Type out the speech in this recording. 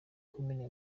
komine